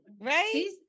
Right